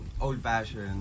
Old-fashioned